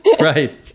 right